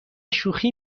شوخی